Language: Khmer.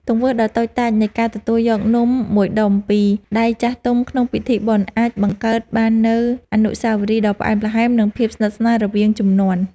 ទង្វើដ៏តូចតាចនៃការទទួលយកនំមួយដុំពីដៃចាស់ទុំក្នុងពិធីបុណ្យ អាចបង្កើតបាននូវអនុស្សាវរីយ៍ដ៏ផ្អែមល្ហែម និងភាពស្និទ្ធស្នាលរវាងជំនាន់។